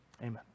Amen